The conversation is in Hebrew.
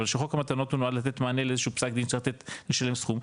אבל שחוק המתנות הוא נועד לתת מענה לאיזשהו פסק דין שצריך לשלם סכום,